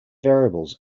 variables